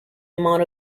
amount